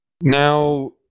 now